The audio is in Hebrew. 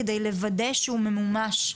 כדי לוודא שהוא ממומש.